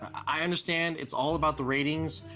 i understand it's all about the ratings,